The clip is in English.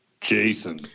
jason